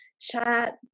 chat